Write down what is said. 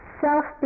self